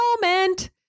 moment